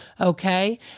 Okay